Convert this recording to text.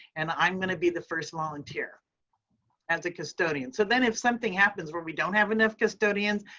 and i'm gonna be the first volunteer as a custodian. so then if something happens where we don't have enough custodians,